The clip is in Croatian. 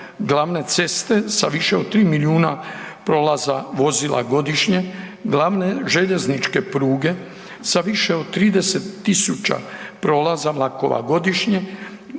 glavne ceste sa više od 3 milijuna prolaza vozila godišnje, glavne željezničke pruge sa više od 30.000 prolaza vlakova godišnje,